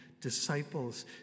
disciples